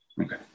Okay